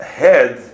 head